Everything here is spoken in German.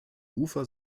ufer